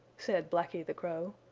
said blacky the crow.